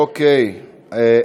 אוקיי,